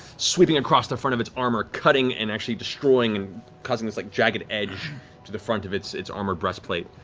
sweeping across the front of its armor, cutting and actually destroying and causing this like jagged edge to the front of its its armored breastplate.